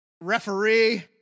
referee